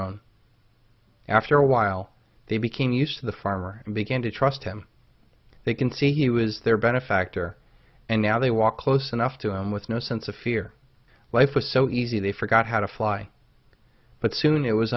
own after a while they became used to the farmer and began to trust him they can see he was there benefactor and now they walk close enough to him with no sense of fear life was so easy they forgot how to fly but soon it was